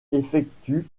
effectue